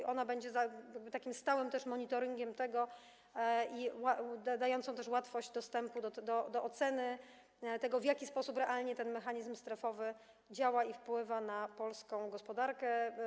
To ona będzie takim stałym monitoringiem tego i da też łatwość dostępu do oceny tego, w jaki sposób realnie ten mechanizm strefowy działa i wpływa na polską gospodarkę.